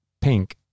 pink